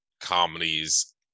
comedies